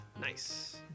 Nice